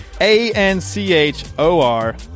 A-N-C-H-O-R